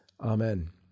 Amen